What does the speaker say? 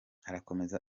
arakomeza